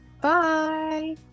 Bye